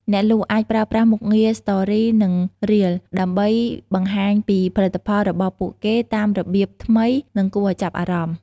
អ្នកលក់អាចប្រើប្រាស់មុខងារ Stories និង Reels ដើម្បីបង្ហាញពីផលិតផលរបស់ពួកគេតាមរបៀបថ្មីនិងគួរឱ្យចាប់អារម្មណ៍។